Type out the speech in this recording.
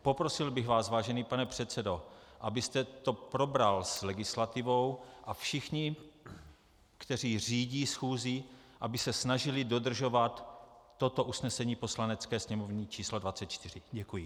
Poprosil bych vás, vážený pane předsedo, abyste to probral s legislativou, a všichni, kteří řídí schůzi, aby se snažili dodržovat toto usnesení Poslanecké sněmovny číslo 24. Děkuji.